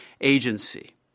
agency